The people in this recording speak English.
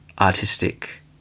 artistic